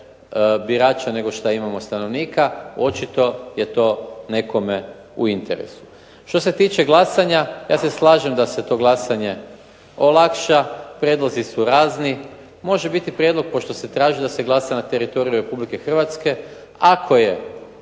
birača nego što imamo stanovnika. Očito je to nekome u interesu. Što se tiče glasanja, ja se slažem da se to glasanje olakša. Prijedlozi su razni, može biti prijedlog pošto se traži da se glasa na teritoriju Republike Hrvatske ako je